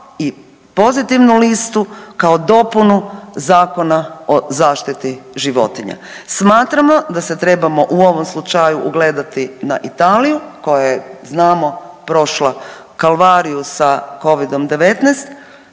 i pozitivnu listu kao dopunu Zakona o zaštiti životinja. Smatramo da se trebamo u ovom slučaju ugledati na Italiju koja je znamo prošla kalvariju sa Covidom-19